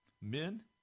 Men